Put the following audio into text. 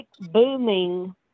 booming